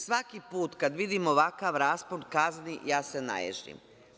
Svaki put kad vidim ovakav raspon kazni ja se naježim.